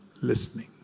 listening